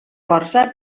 força